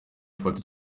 afata